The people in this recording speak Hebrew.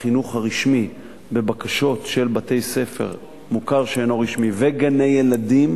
החינוך הרשמי בבקשות של בתי-ספר מוכר שאינו רשמי וגני-ילדים,